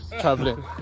traveling